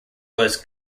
was